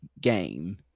game